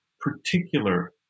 particular